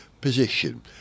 position